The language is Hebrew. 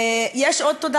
יש עוד תודה,